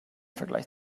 vergleich